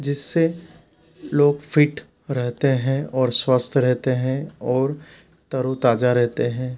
जिससे लोग फ़िट रहते हैं और स्वस्थ रहते हैं और तरोताज़ा रहते हैं